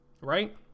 Right